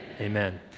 Amen